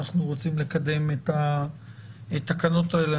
אנחנו רוצים לקדם את התקנות האלו,